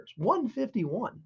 151